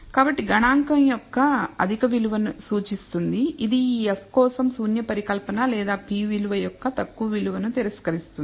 కాబట్టి గణాంకం యొక్క అధిక విలువ సూచిస్తుంది ఇది ఈ F కోసం శూన్య పరికల్పన లేదా p విలువ యొక్క తక్కువ విలువను తిరస్కరిస్తుంది